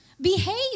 behave